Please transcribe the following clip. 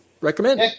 recommend